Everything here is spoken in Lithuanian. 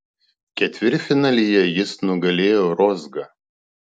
ketvirtfinalyje jis nugalėjo rozgą